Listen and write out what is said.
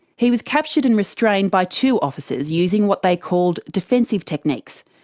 he was captured and restrained by two officers using what they called defensive techniques.